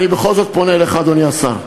אני בכל זאת פונה אליך, אדוני השר.